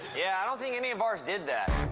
yeah, i don't think any of ours did that.